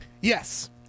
yes